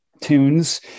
tunes